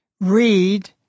read